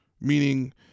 meaning